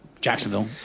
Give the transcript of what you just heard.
Jacksonville